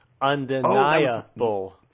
undeniable